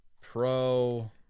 pro